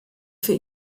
für